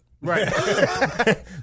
Right